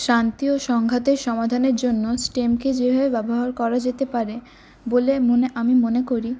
শান্তি ও সংঘাতের সমাধানের জন্য স্টেমকে যেভাবে ব্যবহার করা যেতে পারে বলে মনে আমি মনে করি